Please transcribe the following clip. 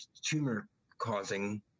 tumor-causing